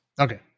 okay